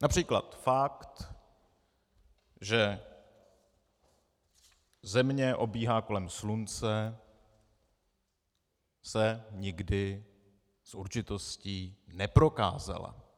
Například fakt, že Země obíhá kolem Slunce, se nikdy s určitostí neprokázal.